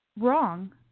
wrong